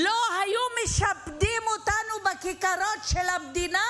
לא היו משפדים אותנו בכיכרות של המדינה?